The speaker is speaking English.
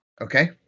okay